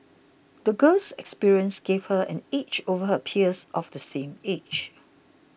the girl's experiences gave her an edge over her peers of the same age